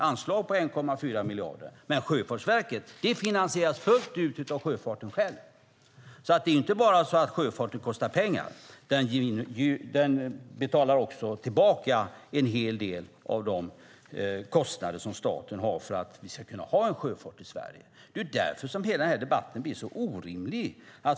Anslaget är 1,4 miljarder, men Sjöfartsverket finansieras fullt ut av sjöfarten själv. Det är inte bara så att sjöfarten kostar pengar, utan den betalar också en hel del av de kostnader som staten har för att vi ska kunna ha en sjöfart i Sverige. Det är därför som den här debatten blir så orimlig.